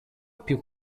più